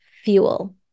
fuel